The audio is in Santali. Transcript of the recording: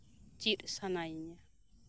ᱪᱮᱫ ᱥᱟᱱᱟᱭᱤᱧᱟ